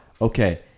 Okay